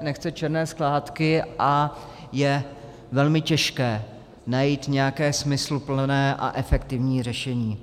nechce černé skládky a je velmi těžké najít nějaké smysluplné a efektivní řešení.